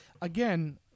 again